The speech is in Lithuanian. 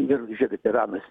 ir žiūrėkit iranas